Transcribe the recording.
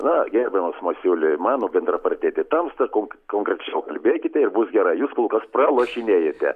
na gerbiamas masiuli mano bendrapartieti tamsta kon konkrečiau kalbėkite ir bus gera jūs kol kas pralošinėjate